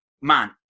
man